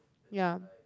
ya